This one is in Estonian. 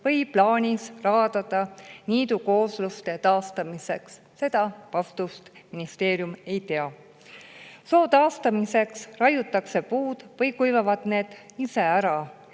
või plaanis raadata niidukoosluste taastamiseks. Seda vastust ministeerium ei tea. Soo taastamiseks puud raiutakse või kuivavad need muutunud